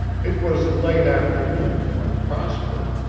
it was late afternoon when prosper,